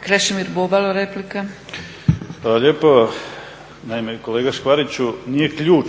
Krešimir (HDSSB)** Hvala lijepo. Naime kolega Škvariću, nije ključ